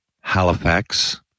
Halifax